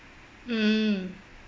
mm